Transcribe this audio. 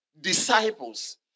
Disciples